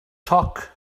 toc